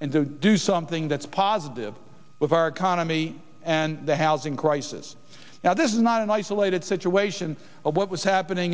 and to do something that's positive with our economy and the housing crisis now this is not an isolated situation but what was happening